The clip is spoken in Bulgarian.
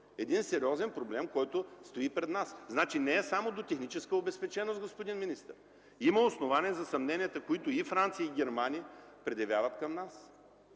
един сериозен проблеми, който стои пред нас. Въпросът не е само до техническа обезпеченост, господин министър! Имат основания съмненията, които и Франция, и Германия предявяват към нас.